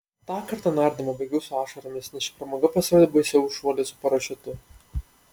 tą kartą nardymą baigiau su ašaromis nes ši pramoga pasirodė baisiau už šuolį su parašiutu